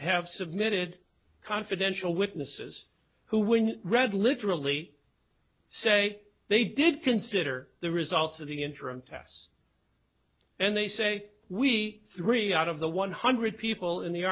have submitted confidential witnesses who when read literally say they did consider the results of the interim tests and they say we three out of the one hundred people in the